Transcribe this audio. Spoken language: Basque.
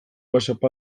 whatsapp